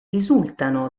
risultano